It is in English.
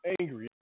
angry